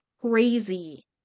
crazy